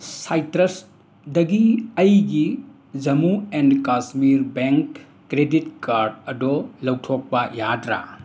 ꯁꯥꯏꯇ꯭ꯔꯁꯗꯒꯤ ꯑꯩꯒꯤ Jammu and Kashmir bank credit card ꯑꯗꯣ ꯂꯧꯊꯣꯛꯄ ꯌꯥꯒꯗ꯭ꯔꯥ